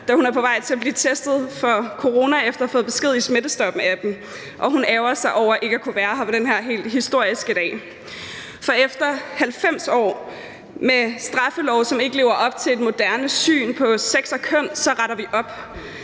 da hun er på vej til at blive testet for corona efter at have fået besked i smittestopappen, og hun er ærgerlig over ikke at kunne være med på den her helt historiske dag. For efter 90 år med en straffelov, som ikke lever op til et moderne syn på sex og køn, retter vi op.